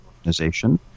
Organization